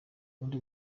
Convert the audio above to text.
ubundi